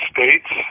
States